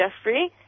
Jeffrey